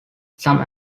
some